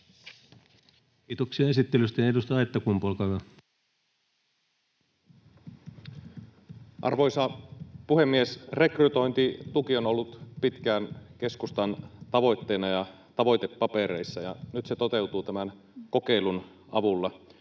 Kiitoksia esittelystä. — Edustaja Aittakumpu, olkaa hyvä. Arvoisa puhemies! Rekrytointituki on ollut pitkään keskustan tavoitteena ja tavoitepapereissa, ja nyt se toteutuu tämän kokeilun avulla.